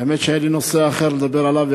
האמת שהיה לי נושא אחר לדבר עליו,